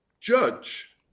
judge